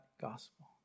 gospel